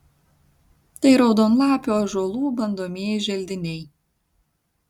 tai raudonlapių ąžuolų bandomieji želdiniai